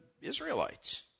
Israelites